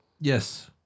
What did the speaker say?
Yes